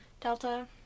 Delta